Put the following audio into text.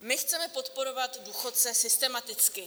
My chceme podporovat důchodce systematicky.